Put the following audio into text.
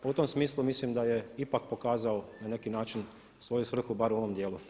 U tom smislu mislim da je ipak pokazalo na neki način svoju svrhu bar u ovom dijelu.